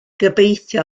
gobeithio